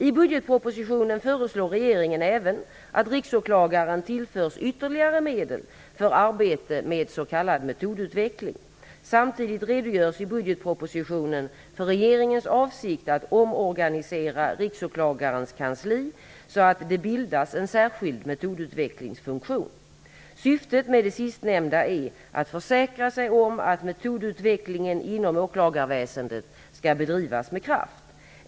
I budgetpropositionen föreslår regeringen även att Riksåklagaren tillförs ytterligare medel för arbete med s.k. metodutveckling. Samtidigt redogörs i budgetpropositionen för regeringens avsikt att omorganisera Riksåklagarens kansli så att det bildas en särskild metodutvecklingsfunktion. Syftet med det sistnämnda är att försäkra sig om att metodutvecklingen inom åklagarväsendet skall bedrivas med kraft.